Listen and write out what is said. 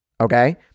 Okay